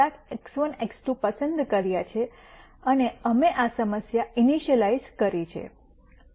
તેથી અમે કેટલાક x1 x2 પસંદ કર્યા છે અને અમે આ સમસ્યા ઇનિશલાઇજ઼ કરી છે